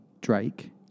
Drake